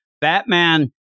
Batman